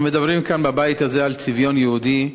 אנחנו מדברים כאן בבית הזה על צביון יהודי,